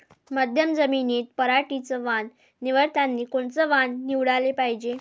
मध्यम जमीनीत पराटीचं वान निवडतानी कोनचं वान निवडाले पायजे?